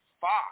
Fox